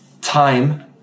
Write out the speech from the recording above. time